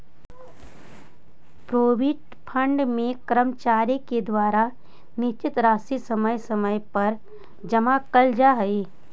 provident fund में कर्मचारि के द्वारा एक निश्चित राशि समय समय पर जमा कैल जा हई